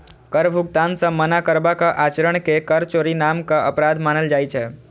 कर भुगतान सं मना करबाक आचरण कें कर चोरी नामक अपराध मानल जाइ छै